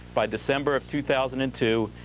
by december of two thousand and two,